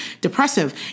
depressive